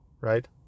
Right